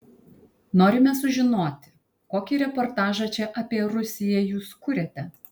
norime sužinoti kokį reportažą čia apie rusiją jūs kuriate